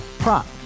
Prop